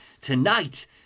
tonight